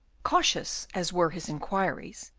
cautious as were his inquiries,